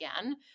again